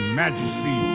majesty